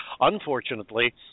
Unfortunately